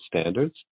standards